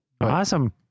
Awesome